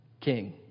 king